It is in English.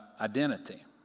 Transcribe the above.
identity